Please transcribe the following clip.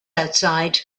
outside